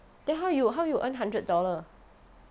then how you how you earn hundred dollar